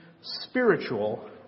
spiritual